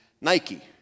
Nike